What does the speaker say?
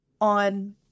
on